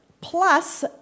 plus